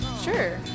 Sure